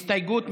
הסתייגות מס'